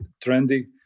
trendy